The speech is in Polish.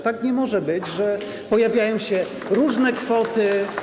Tak nie może być, że pojawiają się różne kwoty.